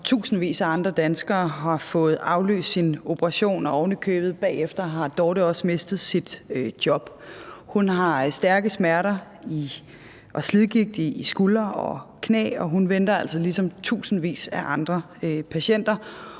tusindvis af andre danskere har fået aflyst sin operation, og ovenikøbet har Dorthe bagefter også mistet sit job. Hun har stærke smerter og slidgigt i skuldre og knæ, og hun venter altså ligesom tusindvis af andre patienter,